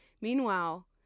Meanwhile